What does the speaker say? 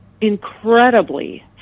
incredibly